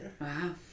Wow